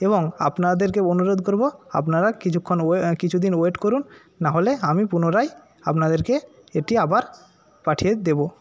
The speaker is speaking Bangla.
এবং আপনাদেরকে অনুরোধ করবো আপনারা কিছুক্ষণ কিছুদিন ওয়েট করুন না হলে আমি পুনরায় আপনাদেরকে এটি আবার পাঠিয়ে দেবো